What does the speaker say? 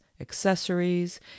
accessories